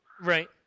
Right